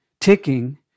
ticking